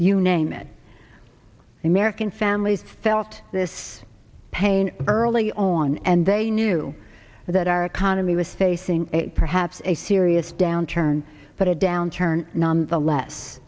you name it american families felt this pain early on and they knew that our economy was facing a perhaps a serious downturn but a downturn none the less